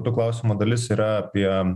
to klausimo dalis yra apie